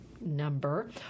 number